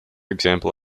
example